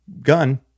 gun